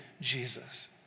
Jesus